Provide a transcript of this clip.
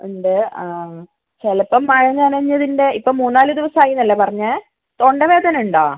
ഉണ്ട് ആ ചിലപ്പോൾ മഴ നനഞ്ഞതിൻ്റെ ഇപ്പോൾ മൂന്നാല് ദിവസമായി എന്നല്ലേ പറഞ്ഞത് തൊണ്ടവേദന ഉണ്ടോ